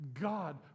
God